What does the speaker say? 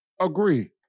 Agree